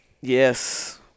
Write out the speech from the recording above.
Yes